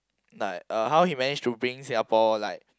like uh how he managed to bring Singapore like